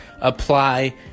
apply